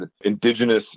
Indigenous